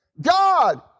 God